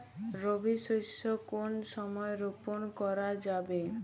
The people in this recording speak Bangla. রবি শস্য কোন সময় রোপন করা যাবে?